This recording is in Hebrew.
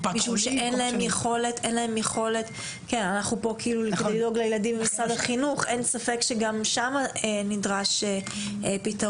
אנחנו כאן מדברים על משרד החינוך אבל אין ספק שגם שם נדרש פתרון.